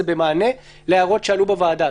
זה במענה להערות שעלו בוועדה.